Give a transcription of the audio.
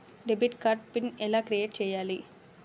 Debit card pin ఎలా create చెయ్యాలి?